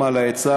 גם על העצה,